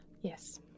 Yes